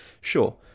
sure